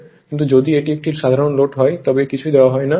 কিন্তু যদি এটি একটি সাধারণ লোড হয় তবে কিছুই দেওয়া হয় না